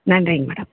நன்றிங்க மேடம்